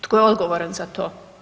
Tko je odgovoran za to?